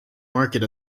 market